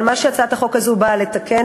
אבל מה שהצעת החוק הזאת באה לתקן,